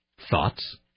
thoughts